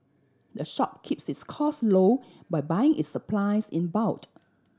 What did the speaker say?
the shop keeps its costs low by buying its supplies in bult